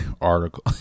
article